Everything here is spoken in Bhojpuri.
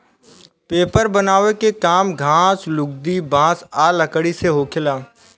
पेपर बनावे के काम घास, लुगदी, बांस आ लकड़ी से होखेला